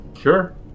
Sure